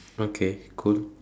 okay cool